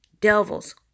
devils